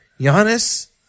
Giannis